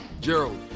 Gerald